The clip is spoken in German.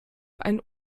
einen